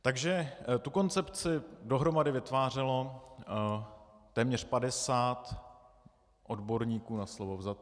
Takže tu koncepci dohromady vytvářelo téměř padesát odborníků na slovo vzatých.